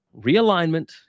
Realignment